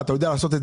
כשהבאנו את